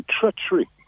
treachery